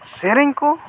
ᱥᱮᱨᱮᱧ ᱠᱚ